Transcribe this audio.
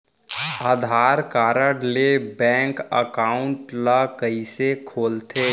आधार card ले bank account ल कइसे खोलथे?